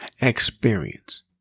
experience